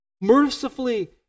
mercifully